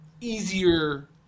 easier